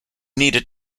needed